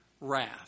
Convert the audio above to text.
wrath